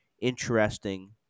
interesting